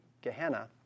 Gehenna